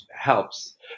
helps